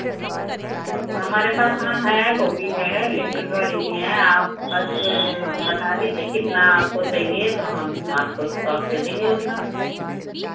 हाँ हमारे पास हाँ हैं वो भी है लिक्विड वाली भी हैं आप बस बता दीजिए कितना आपको चहिए तो हम आपको स्टॉक दे देंगे उतना